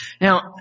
Now